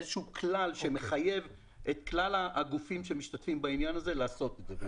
איסזשהו כלל שמחייב את כלל הגופים שמשתתפים בעניין הזה לעשות את זה.